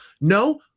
No